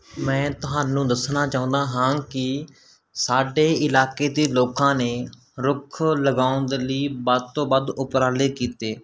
ਮੈਂ ਤੁਹਾਨੂੰ ਦੱਸਣਾ ਚਾਹੁੰਦਾ ਹਾਂ ਕਿ ਸਾਡੇ ਇਲਾਕੇ ਦੇ ਲੋਕਾਂ ਨੇ ਰੁੱਖ ਲਗਾਉਣ ਦੇ ਲਈ ਵੱਧ ਤੋਂ ਵੱਧ ਉਪਰਾਲੇ ਕੀਤੇ